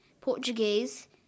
Portuguese